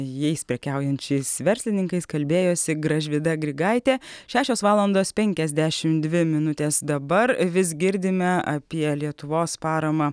jais prekiaujančiais verslininkais kalbėjosi gražvyda grigaitė šešios valandos penkiasdešim dvi minutės dabar vis girdime apie lietuvos paramą